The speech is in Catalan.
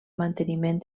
manteniment